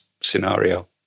scenario